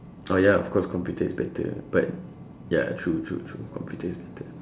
oh ya of course computer is better but ya true true true computer is better